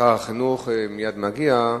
שר החינוך מייד מגיע,